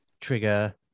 trigger